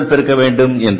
எதனுடன் பெருக்க வேண்டும்